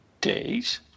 days